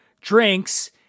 drinks